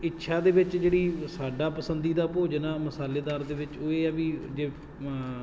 ਇੱਛਾ ਦੇ ਵਿੱਚ ਜਿਹੜੀ ਸਾਡਾ ਪਸੰਦੀਦਾ ਭੋਜਨ ਆ ਮਸਾਲੇਦਾਰ ਦੇ ਵਿੱਚ ਉਹ ਇਹ ਆ ਵੀ ਜੇ